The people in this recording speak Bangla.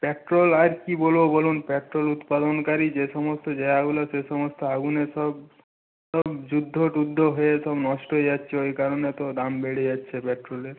পেট্রোল আর কী বলব বলুন পেট্রোল উৎপাদনকারী যে সমস্ত জায়গাগুলো সে সমস্ত আগুনে সব সব যুদ্ধ টুদ্ধ হয়ে সব নষ্ট হয়ে যাচ্ছে ওই কারণে তো দাম বেড়ে যাচ্ছে পেট্রোলের